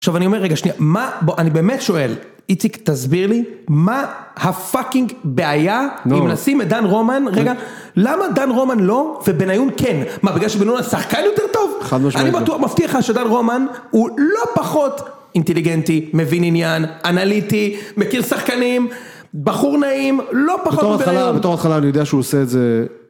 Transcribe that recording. עכשיו אני אומר רגע, שנייה, מה... אני באמת שואל, איציק תסביר לי, מה הפאקינג בעיה אם נשים את דן רומן, רגע, למה דן רומן לא, ובניון כן, מה בגלל שבניון הוא שחקן יותר טוב? אני מבטיח לך שדן רומן הוא לא פחות אינטליגנטי, מבין עניין, אנליטי, מכיר שחקנים, בחור נעים, לא פחות מבניון. בתור ההתחלה אני יודע שהוא עושה את זה